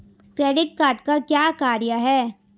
Credit card का क्या कार्य है?